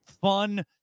Fun